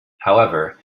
however